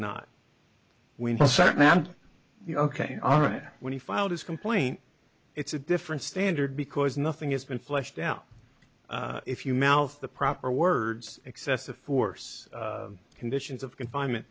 know ok all right when he filed his complaint it's a different standard because nothing has been fleshed out if you mouth the proper words excessive force conditions of confinement